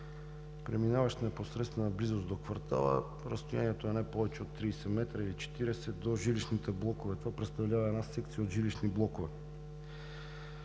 преминаващ в непосредствена близост до квартала – разстоянието е не повече от 30 или 40 м до жилищните блокове, а това представлява една секция от жилищни блокове.